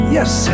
Yes